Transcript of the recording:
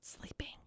sleeping